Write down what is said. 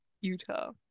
Utah